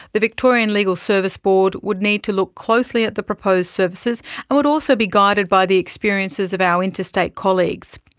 the victorian legal service board would need to look closely at the proposed services and would also be guided by the experiences of our interstate colleagues.